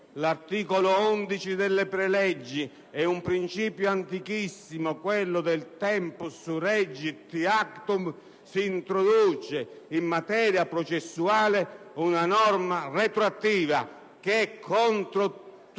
l'articolo 11 delle preleggi e un principio antichissimo, quello del *tempus regit actum*, si introduce in materia processuale una norma retroattiva. Ciò è contro tutti